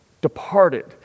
departed